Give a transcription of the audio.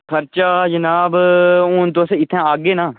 खर्चा जनाब हून तुस इत्थें आह्गे ना